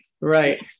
right